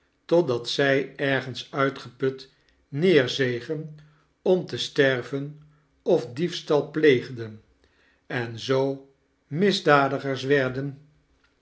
totdat zij ergens uitgeput neerzegen om te sterven of diefstal pleegden en zoo misdadigers werden